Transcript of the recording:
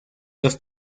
los